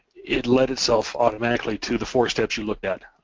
it led itself automatically to the four steps you looked at,